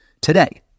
today